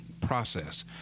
process